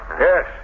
Yes